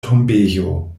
tombejo